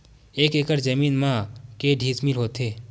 एक एकड़ जमीन मा के डिसमिल होथे?